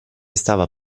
stava